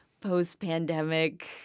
post-pandemic